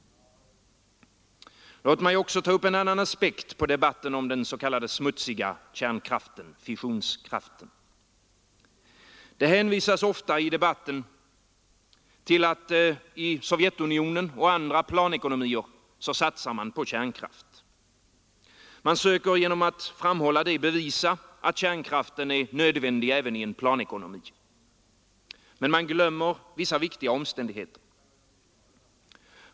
Låt mig också ta upp en annan aspekt på debatten om den s.k. smutsiga kärnkraften, fissionskraften. Det hänvisas ofta i debatten till att i Sovjetunionen och i andra länder med planekonomi satsar man på kärnkraft. Man söker genom att framhålla det bevisa att kärnkraften är nödvändig även i en planekonomi. Men man glömmer vissa viktiga omständigheter.